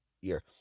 year